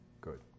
Good